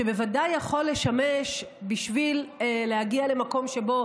שבוודאי יכול לשמש בשביל להגיע למקום שבו